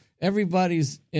everybody's